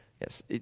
Yes